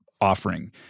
offering